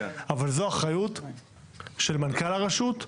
אבל זו אחריות של מנכ"ל הרשות,